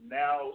now